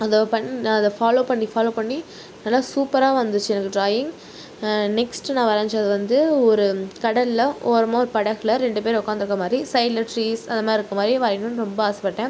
அதை நான் அதை ஃபாலோ பண்ணி ஃபாலோ பண்ணி நல்லா சூப்பராக வந்துச்சு எனக்கு ட்ராயிங் நெக்ஸ்ட்டு நான் வரைஞ்சது வந்து ஒரு கடலில் ஓரமாக ஒரு படகில் ரெண்டு பேர் உக்காந்துருக்க மாதிரி சைடில் ட்ரீஸ் அதை மாதிரி இருக்கற மாதிரி வரையணுன்னு ரொம்ப ஆசைப்பட்டேன்